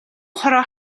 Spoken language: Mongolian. хороо